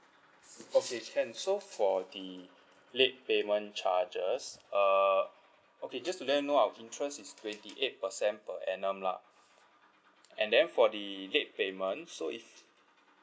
okay can so for the late payment charges uh okay just to let you know our interest is twenty eight percent per annum lah and then for the late payment so if